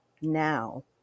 now